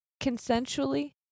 consensually